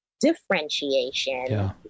differentiation